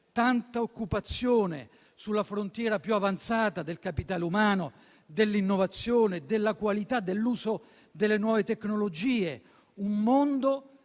tanta occupazione, sulla frontiera più avanzata del capitale umano, dell'innovazione, della qualità, dell'uso delle nuove tecnologie. Un mondo